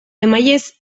emailez